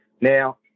Now